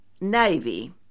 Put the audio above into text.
Navy